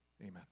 Amen